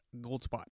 Goldspot